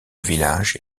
village